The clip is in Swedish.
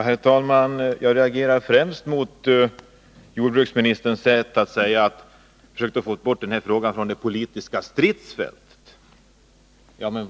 Herr talman! Jag reagerade främst mot jordbruksministerns sätt att försöka få bort denna fråga från det politiska stridsfältet.